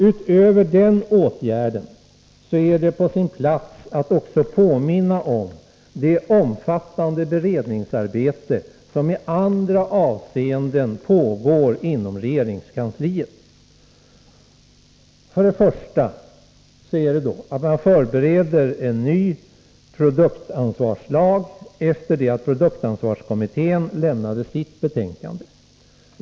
Utöver den åtgärden pågår ett omfattande beredningsarbete i andra avseenden inom regeringskansliet. För det första förbereds en ny produktansvarslag, efter det att produktansvarskommittén lämnade sitt betänkande.